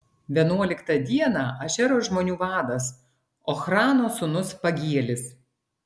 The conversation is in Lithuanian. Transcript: vienuoliktą dieną ašero žmonių vadas ochrano sūnus pagielis